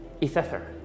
Ether